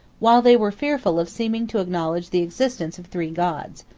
while they were fearful of seeming to acknowledge the existence of three gods.